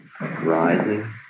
rising